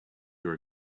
your